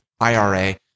IRA